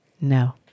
No